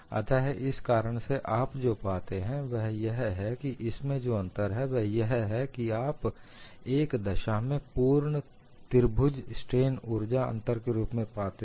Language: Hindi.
अत इस कारण से आप जो पाते हैं वह यह है कि इसमें जो अंतर है वह यह है कि आप एक दशा में पूर्ण त्रिभुज स्ट्रेन ऊर्जा अंतर के रूप में पाते हैं